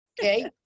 Okay